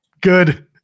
Good